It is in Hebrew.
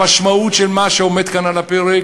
המשמעות של מה שעומד כאן על הפרק: